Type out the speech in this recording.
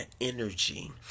energy